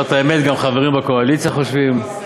לומר את האמת, גם חברים בקואליציה חושבים.